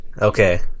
Okay